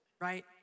Right